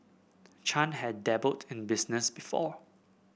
Chan had dabbled in business before